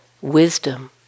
wisdom